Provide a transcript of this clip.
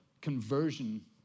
conversion